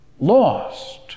lost